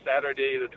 Saturday